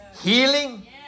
healing